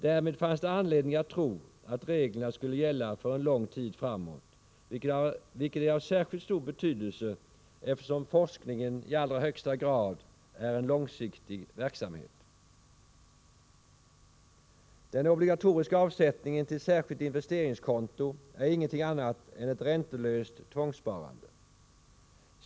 Därmed fanns det anledning att tro att reglerna skulle gälla för lång tid framåt, vilket är av särskilt stor betydelse, eftersom forskningen i allra högsta grad är en långsiktig verksamhet. Den obligatoriska avsättningen till särskilt investeringskonto är ingenting annat än ett räntelöst tvångssparande.